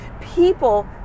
people